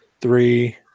three